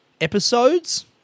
episodes